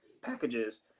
packages